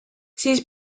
siis